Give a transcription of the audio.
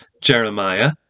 Jeremiah